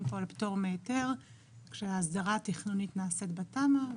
פה על פטור מהיתר כשההסדרה התכנונית נעשית בתמ"א.